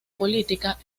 política